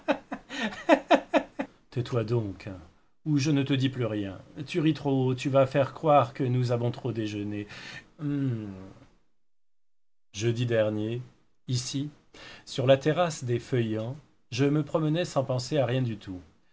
tais-toi donc ou je ne te dis plus rien tu ris trop haut tu vas faire croire que nous avons trop déjeuné jeudi dernier ici sur la terrasse des feuillants je me promenais sans penser à rien du tout